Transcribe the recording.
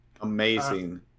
Amazing